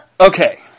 Okay